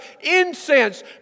incense